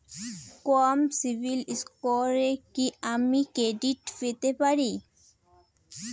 কম সিবিল স্কোরে কি আমি ক্রেডিট পেতে পারি?